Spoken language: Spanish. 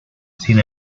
sin